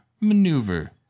maneuver